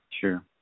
Sure